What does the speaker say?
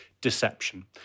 deception